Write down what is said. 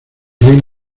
reino